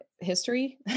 history